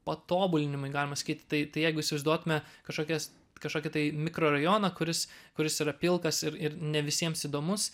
patobulinimui galima sakyti tai tai jeigu įsivaizduotume kažkokias kažkokį tai mikrorajoną kuris kuris yra pilkas ir ir ne visiems įdomus